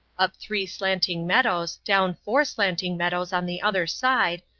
up three slanting meadows, down four slanting meadows on the other side,